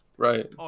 Right